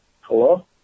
Hello